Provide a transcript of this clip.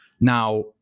Now